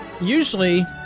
usually